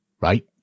right